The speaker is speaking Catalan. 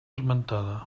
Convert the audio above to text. esmentada